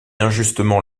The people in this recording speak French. injustement